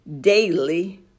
daily